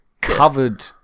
covered